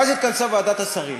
ואז התכנסה ועדת השרים